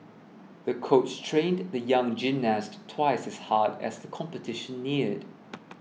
the coach trained the young gymnast twice as hard as the competition neared